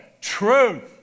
truth